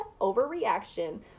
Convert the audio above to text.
overreaction